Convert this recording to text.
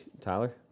Tyler